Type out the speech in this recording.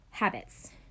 habits